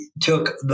took